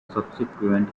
subsequent